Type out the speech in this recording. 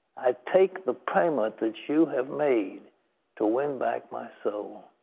i take the payment that you have made to win back my so